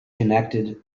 connected